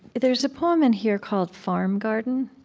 there's a poem in here called farm garden,